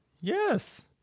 Yes